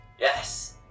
Yes